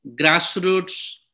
grassroots